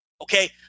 Okay